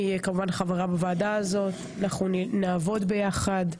אני חברה בוועדה הזאת ואנחנו נעבוד יחד.